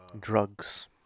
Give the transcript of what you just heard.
Drugs